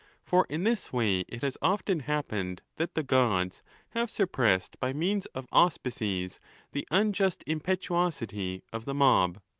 for in this way it has often happened that the gods have suppressed by means of auspices the unjust impetuosity of the mob.